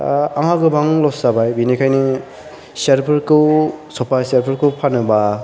आंहा गोबां ल'स जाबाय बेनिखायनो सियार फोरखौ सफा सियार फोरखौ फानोबा